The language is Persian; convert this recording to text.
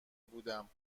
بودم